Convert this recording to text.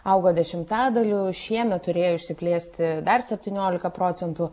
augo dešimtadaliu šiemet turėjo išsiplėsti dar septyniolika procentų